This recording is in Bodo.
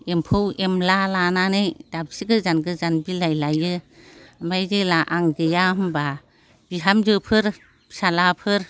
एम्फौ एनला लानानै दाबसे गोजान गोजान बिलाइ लायो ओमफ्राय जेब्ला आं गैया होनबा बिहामजोफोर फिसाज्लाफोर